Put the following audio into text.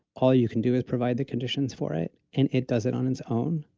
all you can do is provide the conditions for it, and it does it on its own,